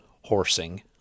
horsing